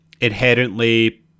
inherently